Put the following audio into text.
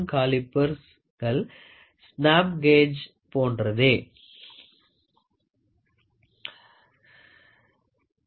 காலிபர்கள் snap கேஜ்ஜை போன்றதே